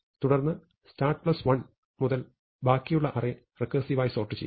തുടർന്ന് start 1 മുതൽ ബാക്കിയുള്ള അറേ റെക്കേർസിവായി സോർട്ട് ചെയ്യുക